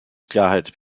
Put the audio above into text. klarheit